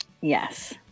Yes